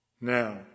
Now